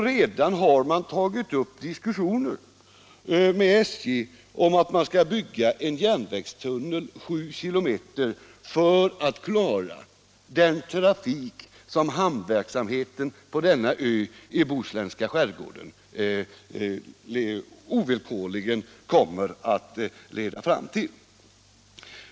Man har redan tagit upp diskussioner med SJ om en järnvägstunnel på sju kilometer för att klara den trafik som hamnverksamheten på denna ö i den bohuslänska skärgården ovillkorligen kommer att leda fram till.